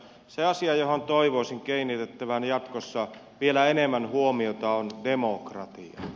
se asia johon toivoisin kiinnitettävän jatkossa vielä enemmän huomiota on demokratia